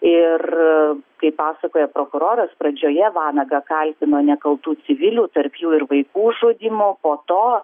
ir kaip pasakoja prokuroras pradžioje vanagą kaltino nekaltų civilių tarp jų ir vaikų žudymu po to